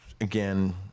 again